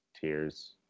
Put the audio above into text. Tears